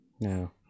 No